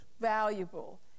valuable